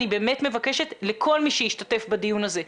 אני באמת מבקשת לכל מי שהשתתף בדיון הזה,